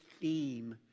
theme